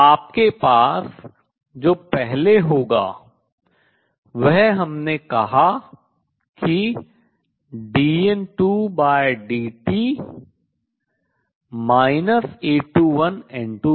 तो आपके पास जो पहले होगा वह हमने कहा कि dN2dt A21N2है